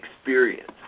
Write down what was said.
experience